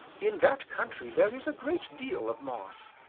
in that country there is a great deal of moss.